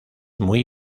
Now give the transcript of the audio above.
muy